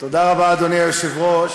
תודה רבה, אדוני היושב-ראש.